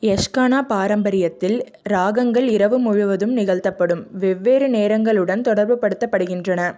யக்ஷகான பாரம்பரியத்தில் ராகங்கள் இரவு முழுவதும் நிகழ்த்தப்படும் வெவ்வேறு நேரங்களுடன் தொடர்புபடுத்தப்படுகின்றன